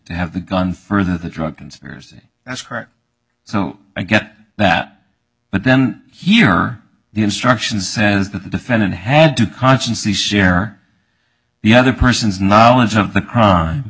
to have the gun further the drug conspiracy that's correct so i get that but then here are the instructions says that the defendant had to consciously share the other person's knowledge of the crime